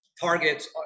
targets